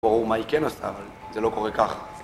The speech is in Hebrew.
ברור מה היא כן עשתה, אבל, זה לא קורה ככה.